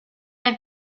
have